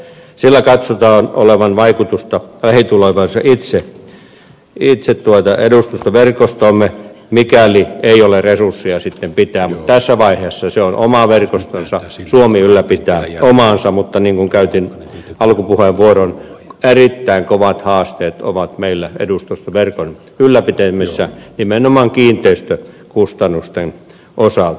sillä ei katsota olevan vaikutusta lähitulevaisuudessa itse edustustoverkostoomme mikäli ei ole resursseja sitten pitää mutta tässä vaiheessa se on oma verkostonsa suomi ylläpitää omaansa mutta niin kuin käytin alkupuheenvuoron erittäin kovat haasteet ovat meillä edustustoverkon ylläpitämisessä nimenomaan kiinteistökustannusten osalta